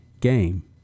game